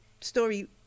story